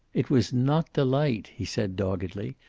it was not delight, he said doggedly.